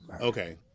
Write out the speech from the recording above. okay